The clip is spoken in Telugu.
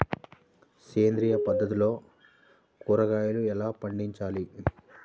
సేంద్రియ పద్ధతిలో కూరగాయలు ఎలా పండించాలి?